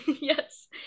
yes